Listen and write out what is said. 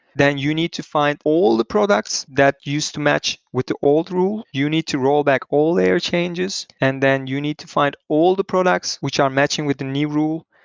then you need to find all the products that used to match with the old rule. you need to rollback all layer changes and then you need to find all the products, which are matching with the new rule,